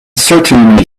certainly